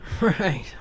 Right